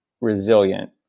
resilient